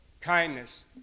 kindness